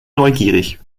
neugierig